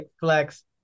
flex